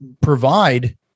provide